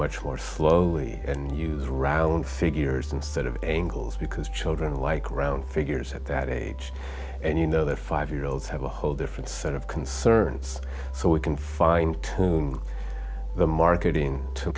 much more slowly and use round figures instead of angles because children like around figures at that age and you know that five year olds have a whole different set of concerns so we can fine tune the marketing to